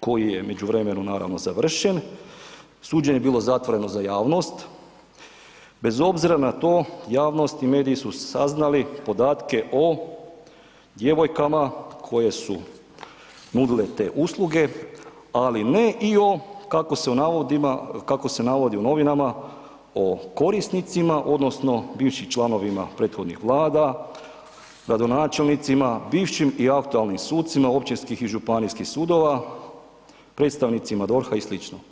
koji je u međuvremenu naravno završen, suđenje je bilo zatvoreno za javnost, bez obzira na to, javnost i mediji su saznali podatke o djevojkama koje su nudile te usluge ali ne i o kako se u navodi u novinama o korisnicima odnosno bivšim članovima prethodnih Vlada, gradonačelnicima, bivšim i aktualnim sucima općinskih i županijskih sudova, predstavnicima DORH-a i sl.